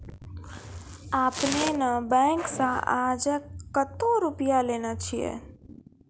आपने ने बैंक से आजे कतो रुपिया लेने छियि?